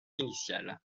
initiale